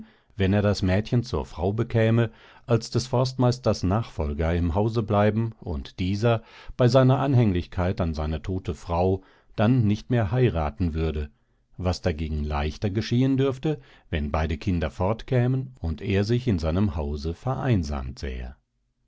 wenn er das mädchen zur frau bekäme als des forstmeisters nachfolger im hause bleiben und dieser bei seiner anhänglichkeit an seine tote frau dann nicht mehr heiraten würde was dagegen leichter geschehen dürfte wenn beide kinder fort kämen und er sich in seinem hause vereinsamt sähe